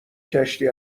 کشتی